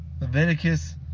Leviticus